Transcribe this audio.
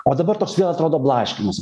o dabar toks vėl atrodo blaškymas